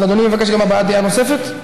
אדוני מבקש גם הבעת דעה נוספת?